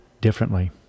differently